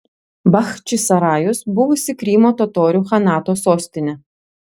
bachčisarajus buvusi krymo totorių chanato sostinė